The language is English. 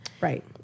Right